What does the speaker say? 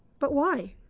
but why?